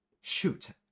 shoot